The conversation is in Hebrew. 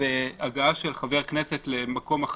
בהגעה של חבר כנסת למקום אחר,